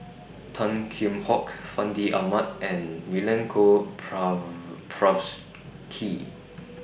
Tan Kheam Hock Fandi Ahmad and Milenko